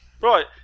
Right